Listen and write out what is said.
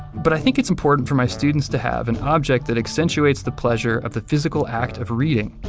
but i think it's important for my students to have an object that accentuates the pleasure of the physical act of reading,